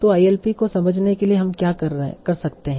तो ILP को समझने के लिए हम क्या कर सकते हैं